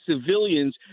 civilians